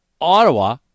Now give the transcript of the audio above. Ottawa